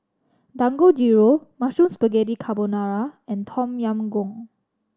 Dangojiru Mushroom Spaghetti Carbonara and Tom Yam Goong